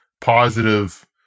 positive